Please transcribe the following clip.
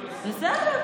לא, בשביל זה צריך להיות